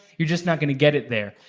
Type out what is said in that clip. you're just not gonna get it there.